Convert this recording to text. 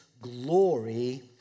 glory